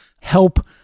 help